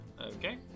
okay